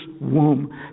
womb